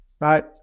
right